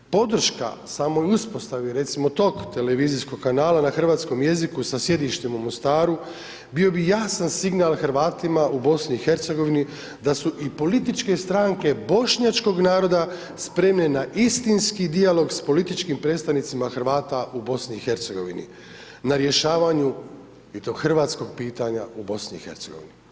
Podrška samoj uspostavi recimo tog televizijskog kanala na hrvatskom jeziku sa sjedištem u Mostaru, bio bi jasan signal Hrvatima u BiH da su i političke stranke bošnjačkog naroda spremne na istinski dijalog sa političkim predstavnicima Hrvata u BiH, na rješavanju i tog hrvatskog pitanja u BiH.